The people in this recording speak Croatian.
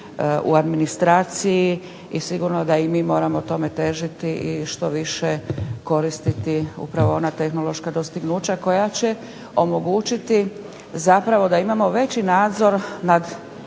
u administraciji i sigurno da i mi moramo tome težiti i što više koristiti upravo ona tehnološka dostignuća koja će omogućiti zapravo da imamo veći nadzor nad